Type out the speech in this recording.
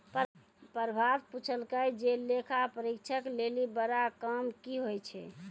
प्रभात पुछलकै जे लेखा परीक्षक लेली बड़ा काम कि होय छै?